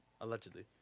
Allegedly